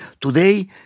today